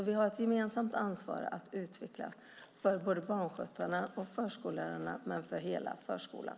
Vi har ett gemensamt ansvar att utveckla utbildningen för barnskötarna och förskollärarna för hela förskolan.